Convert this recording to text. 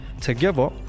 Together